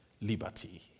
liberty